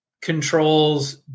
controls